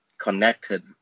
connected